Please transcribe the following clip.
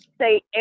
say